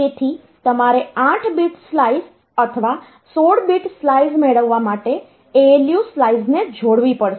તેથી તમારે 8 bit slice અથવા 16 બીટ સ્લાઈસ મેળવવા માટે ALU સ્લાઈસ ને જોડવી પડશે